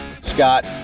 Scott